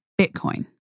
Bitcoin